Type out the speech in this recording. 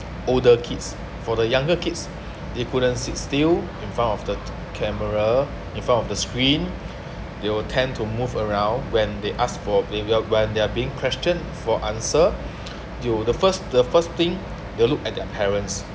older kids for the younger kids they couldn't sit still in front of the t~ camera in front of the screen they will tend to move around when they ask for when they're being questioned for answer they'll the first the first thing they look at their parents